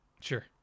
Sure